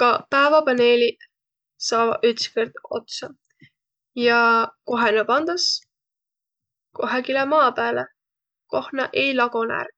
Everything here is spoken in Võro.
kaq pääväpaneeliq saavaq ütskõrd otsa. Ja kohe na pandas? Kohegile maa pääle, koh nääq ei lagonõq ärq.